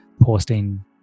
posting